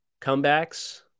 comebacks